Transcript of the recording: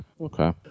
okay